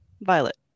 Violet